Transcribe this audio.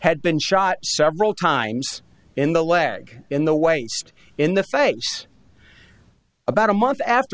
had been shot several times in the leg in the waist in the face about a month after